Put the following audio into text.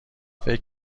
فکر